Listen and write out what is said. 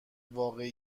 واقعی